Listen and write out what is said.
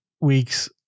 weeks